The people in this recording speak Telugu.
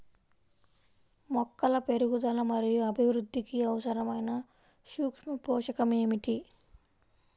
మొక్కల పెరుగుదల మరియు అభివృద్ధికి అవసరమైన సూక్ష్మ పోషకం ఏమిటి?